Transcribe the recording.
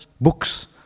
books